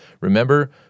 Remember